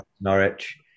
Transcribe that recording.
Norwich